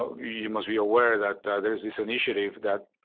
you must be aware that there's this initiative that,